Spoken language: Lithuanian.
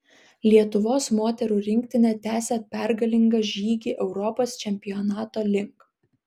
lietuvos moterų rinktinė tęsia pergalingą žygį europos čempionato link